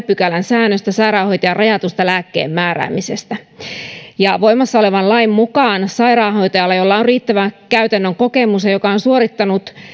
pykälän säännöstä sairaanhoitajan rajatusta lääkkeenmääräämisestä voimassa olevan lain mukaan sairaanhoitajalla jolla on riittävä käytännön kokemus ja joka on suorittanut